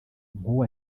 nk’uwo